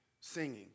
singing